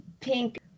pink